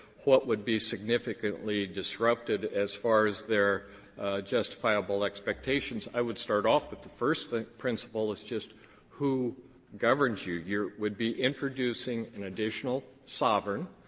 what would be significantly disrupted as far as their justifiable expectations? i would start off with the first thing principle is just who governs you. your we'd be introducing an additional sovereign,